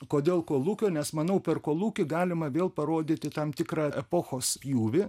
kodėl kolūkio nes manau per kolūkį galima vėl parodyti tam tikrą epochos pjūvį